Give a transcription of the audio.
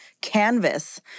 canvas